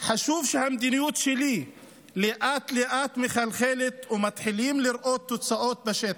"חשוב שהמדיניות שלי לאט-לאט מחלחלת ומתחילים לראות תוצאות בשטח.